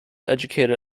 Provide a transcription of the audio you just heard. educated